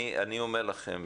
אני אומר לכם,